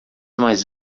mais